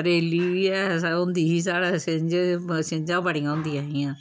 त्रेली बी ऐ होंदी ही साढ़े छिंज छिंजां बड़ियां होंदियां हियां